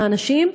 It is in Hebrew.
מהנשים,